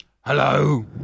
Hello